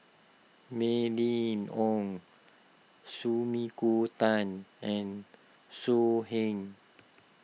Mylene Ong Sumiko Tan and So Heng